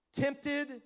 tempted